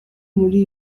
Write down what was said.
muri